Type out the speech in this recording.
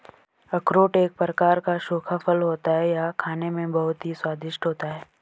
अखरोट एक प्रकार का सूखा फल होता है यह खाने में बहुत ही स्वादिष्ट होता है